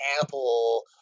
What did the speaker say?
Apple